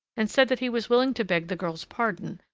and said that he was willing to beg the girl's pardon,